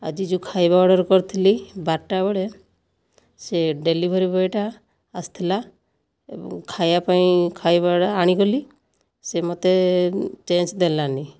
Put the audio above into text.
ଆଜି ଯେଉଁ ଖାଇବା ଅର୍ଡ଼ର କରିଥିଲି ବାରଟା ବେଳେ ସେ ଡେଲିଭରି ବୟଟା ଆସିଥିଲା ଏବଂ ଖାଇବା ପାଇଁ ଖାଇବାଟା ଆଣିବି ବୋଲି ସେ ମୋତେ ଚେଞ୍ଜ ଦେଲାନାହିଁ